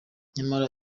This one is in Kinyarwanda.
nyamara